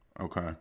Okay